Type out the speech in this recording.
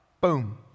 Boom